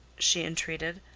she entreated.